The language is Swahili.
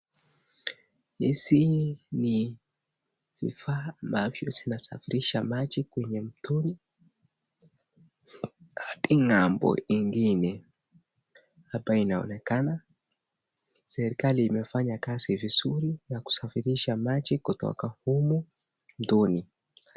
Hizi ni vifaa ambavyo zinasafirisha maji kwenye mtoni hii ng'ambo ingine, hapa inaonekana serikali imefanya kazi vizuri ya kusafirisha maji kutoka humu mtoni.